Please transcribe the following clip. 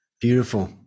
Beautiful